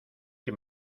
que